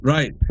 Right